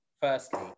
firstly